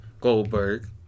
Goldberg